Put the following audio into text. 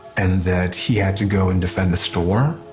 and that he had to go and defend the store,